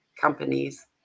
companies